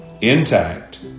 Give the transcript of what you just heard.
intact